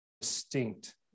distinct